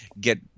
get –